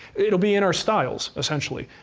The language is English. it'll be in our styles essentially.